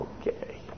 okay